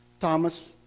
Thomas